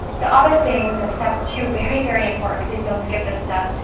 the other thing, the step two, very, very, important, please don't skip this step,